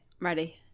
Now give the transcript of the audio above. Ready